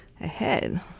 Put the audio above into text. ahead